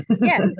Yes